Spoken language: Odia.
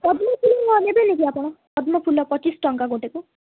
ପଦ୍ମ ଫୁଲ ନେବେନି କି ଆପଣ ପଦ୍ମ ଫୁଲ ପଚିଶି ଟଙ୍କା ଗୋଟେକୁ